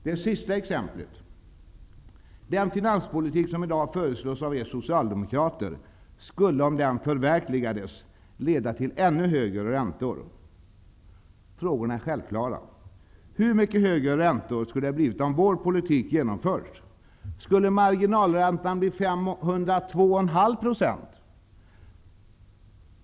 Det sista exempelet: ''Den finanspolitik som i dag föreslås av er socialdemokrater skulle, om den förverkligades, leda till ännu högre räntor.'' Frågorna är självklara. Hur mycket högre skulle räntorna ha blivit, om vår politik genomförts? Skulle marginalräntan ha blivit 502,5 %?